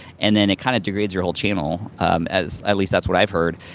and then it kind of degrades your whole channel as, at least that's what i've heard,